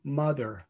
mother